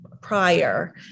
prior